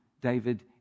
David